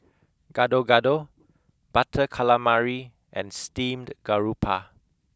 Gado Gado Butter Calamari and Steamed Garoupa